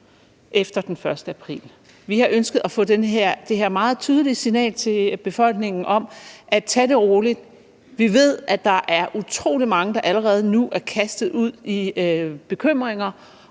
efter den 1. april. Vi har ønsket at få sendt det her meget tydelige signal til befolkningen om, at de skal tage det roligt. Vi ved, at der er utrolig mange, der allerede nu er kastet ud i bekymringer